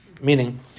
meaning